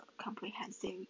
comprehensive